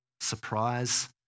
surprise